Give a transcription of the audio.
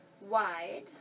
wide